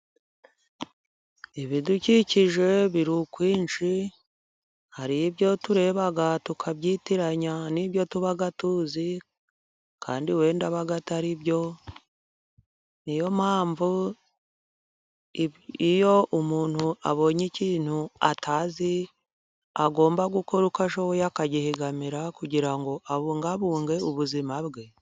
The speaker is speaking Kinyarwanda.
Ibidukikije biri ukwinshi, hari ibyo tureba tukabyitiranya n'ibyo tuba tuzi kandi wenda aba atari byo, niyo mpamvu iyo umuntu abonye ikintu atazi agomba gukora uko ashoboye akagihigamira kugira ngo abungabunge ubuzima bwe.